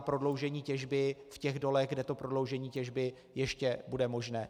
prodloužení těžby v těch dolech, kde to prodloužení těžby ještě bude možné.